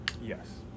yes